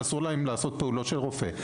אסור להם לעשות פעולות של רופא.